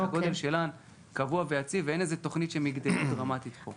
שהגודל שלהן קבוע ויציב ואין איזו תוכנית שהן יגדלו דרמטית פה.